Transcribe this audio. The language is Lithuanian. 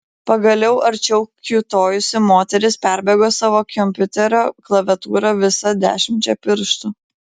pagaliau arčiau kiūtojusi moteris perbėgo savo kompiuterio klaviatūrą visa dešimčia pirštų